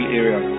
area